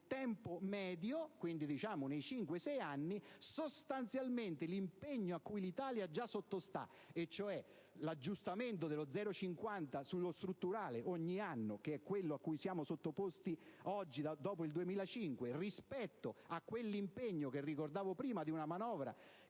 tempo (quindi nell'arco di cinque, sei anni) l'impegno a cui l'Italia già sottosta (e cioè l'aggiustamento dello 0,50 sullo strutturale ogni anno, che è quello a cui siamo sottoposti oggi, dopo il 2005) e l'impegno che ricordavo prima, di una manovra